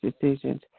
decisions